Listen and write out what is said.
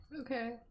Okay